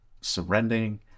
surrendering